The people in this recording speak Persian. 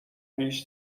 پیش